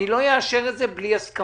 אני לא אאשר את זה בלי הסכמה.